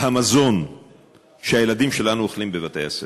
המזון שהילדים שלנו אוכלים בבתי-הספר.